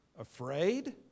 Afraid